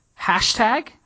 hashtag